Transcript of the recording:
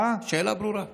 אפילו אני הבנתי אותה.